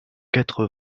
quatre